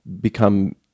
become